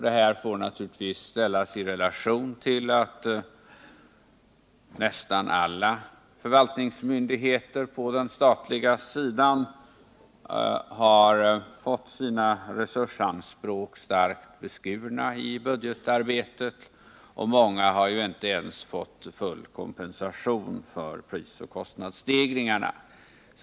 Detta får naturligtvis ställas i relation till att nästan alla förvaltningsmyndigheter på den statliga sidan har fått sina resursanspråk starkt beskurna i budgetarbetet — många har inte ens fått full kompensation för prisoch kostnadsstegringarna.